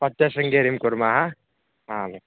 स्वच्छशृङ्गेरीं कुर्मः आम्